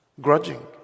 Grudging